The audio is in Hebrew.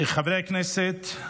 חברי הכנסת,